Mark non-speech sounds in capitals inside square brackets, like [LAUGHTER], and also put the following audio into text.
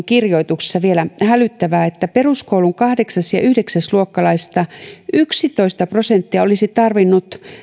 [UNINTELLIGIBLE] kirjoituksessa vielä hälyttävää oli että peruskoulun kahdeksas ja yhdeksäs luokkalaisista yksitoista prosenttia olisi tarvinnut